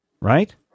Right